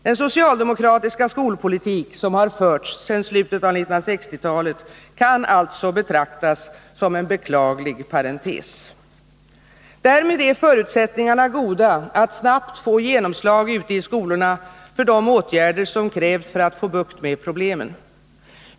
Den socialdemokratiska skolpolitik som har förts sedan slutet av 1960-talet kan alltså betraktas som en beklaglig parentes. Därmed är förutsättningarna goda att snabbt få genomslag ute i skolorna för de åtgärder som krävs för att få bukt med problemen.